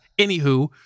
Anywho